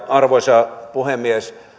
arvoisa puhemies